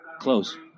Close